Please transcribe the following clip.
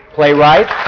playwright.